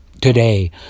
Today